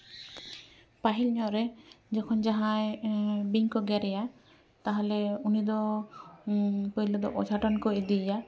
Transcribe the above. ᱯᱟᱹᱦᱤᱞ ᱧᱚᱜ ᱨᱮ ᱡᱚᱠᱷᱚᱱ ᱡᱟᱦᱟᱸᱭ ᱵᱤᱧ ᱠᱚ ᱜᱮᱨᱮᱭᱟ ᱛᱟᱦᱚᱞᱮ ᱩᱱᱤ ᱫᱚ ᱯᱳᱭᱞᱳ ᱫᱚ ᱚᱡᱷᱟ ᱴᱷᱮᱱ ᱠᱚ ᱤᱫᱤᱭᱮᱭᱟ